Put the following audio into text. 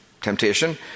temptation